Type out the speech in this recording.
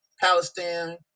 Palestine